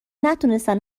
نتونستن